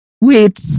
wait